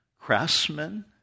craftsman